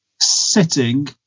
sitting